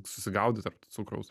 susigaudyt tarp cukraus